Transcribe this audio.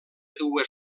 dues